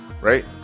Right